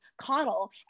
Connell